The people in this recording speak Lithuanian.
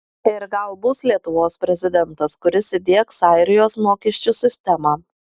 ir gal bus lietuvos prezidentas kuris įdiegs airijos mokesčių sistemą